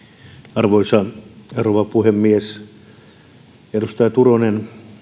arvoisa rouva puhemies edustaja turunen